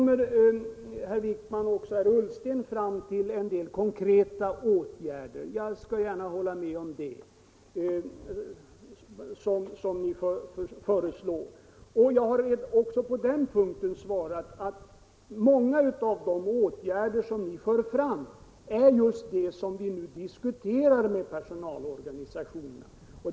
Herr Wijkman och även herr Ullsten pekar dessutom på en del tänkbara konkreta åtgärder, och jag skall gärna hålla med om att det är åtgärder som kan övervägas. Jag har också på den punkten svarat att många av de åtgärder som ni för fram är just de som vi f. n. diskuterar med personalorganisationerna.